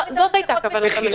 זאת הייתה כוונת המשורר.